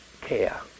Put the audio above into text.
care